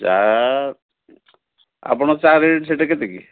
ଚାହା ଆପଣଙ୍କ ଚାହା ରେଟ୍ ସେଇଠି କେତେ କି